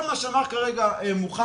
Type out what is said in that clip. כל מה שאמר כרגע מוחמד,